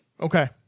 Okay